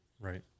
Right